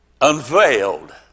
unveiled